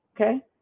okay